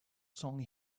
song